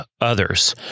others